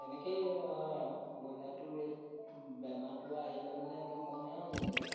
তেনেকৈয়ে হয় আৰু ব্ৰইলাৰটো ৰেট বেমাৰটো আহিলে মানে অলপ কমে আৰু যেনিবা